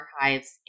Archives